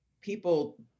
people